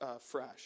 fresh